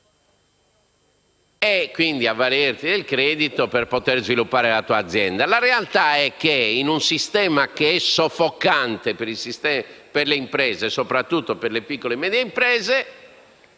e avvalersi del credito per poter sviluppare la propria azienda. La realtà è che, in un sistema che è soffocante per le imprese, soprattutto le piccole e medie imprese,